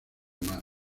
mar